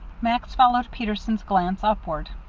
max followed peterson's glance upward.